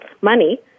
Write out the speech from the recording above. money